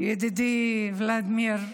ידידי ולדימיר,